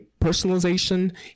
personalization